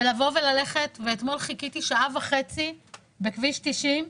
אתמול חיכיתי שעה וחצי בכביש 90,